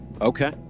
Okay